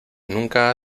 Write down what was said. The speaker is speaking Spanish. nunca